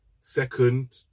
Second